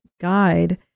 guide